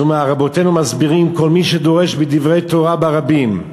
רבותינו מסבירים: כל מי שדורש דברי תורה ברבים,